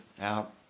out